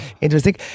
Interesting